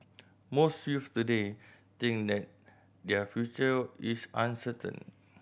most youths today think that their future is uncertain